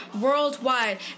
worldwide